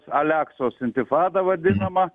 aleksos intifada vadinama